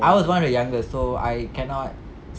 I was one of the youngest so I cannot